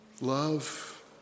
Love